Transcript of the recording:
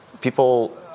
people